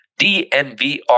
DNVR